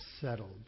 settled